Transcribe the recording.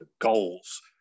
goals